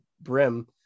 brim